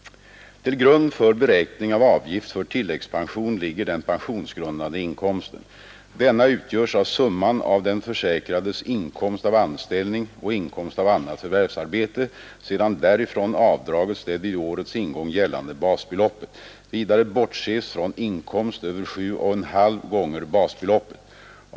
Till grund för beräkning av avgift för tilläggspension ligger den pensionsgrundande inkomsten. Denna utgörs av summan av den försäkrades inkomst av anställning och inkomst av annat förvärvsarbete, sedan därifrån avdragits det vid årets ingång gällande basbeloppet. Vidare bortses från inkomst utöver sju och en halv gånger basbeloppet.